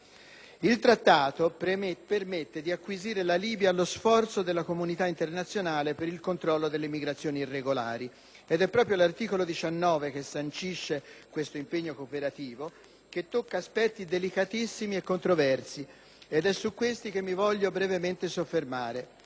Il Trattato permette di acquisire la Libia allo sforzo della comunità internazionale per il controllo delle migrazioni irregolari. È proprio l'articolo 19 - che sancisce questo impegno cooperativo - che tocca aspetti delicatissimi e controversi ed è su questi che mi voglio brevemente soffermare.